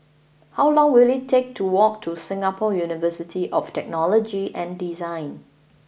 how long will it take to walk to Singapore University of Technology and Design